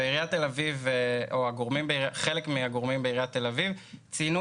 ועיריית תל אביב או חלק מהגורמים בעיריית תל אביב ציינו